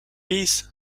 peace